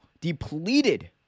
depleted